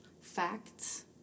facts